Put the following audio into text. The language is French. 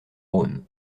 rhône